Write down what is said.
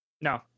No